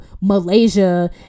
Malaysia